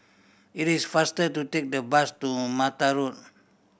it is faster to take the bus to Mata Road